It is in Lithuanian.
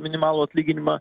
minimalų atlyginimą